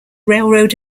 railroad